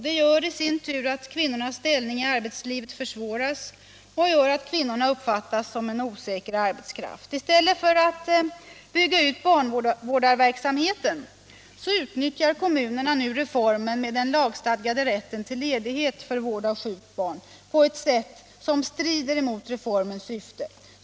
Det gör i sin tur att kvinnornas ställning i arbetslivet försvåras och att kvinnorna uppfattas som en osäker arbetskraft. I stället för att bygga ut barnvårdarverksamheten utnyttjar kommunerna nu reformen med den lagstadgade rätten till ledighet för vård av sjukt barn på ett sätt som strider mot reformens syfte.